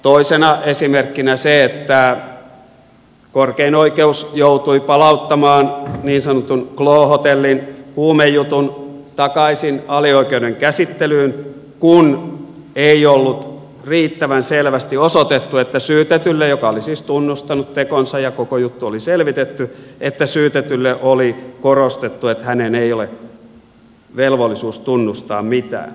toisena esimerkkinä se että korkein oikeus joutui palauttamaan niin sanotun glo hotellin huumejutun takaisin alioikeuden käsittelyyn kun ei ollut riittävän selvästi osoitettu että syytetylle joka oli siis tunnustanut tekonsa ja koko juttu oli selvitetty oli korostettu että hänen ei ole velvollisuus tunnustaa mitään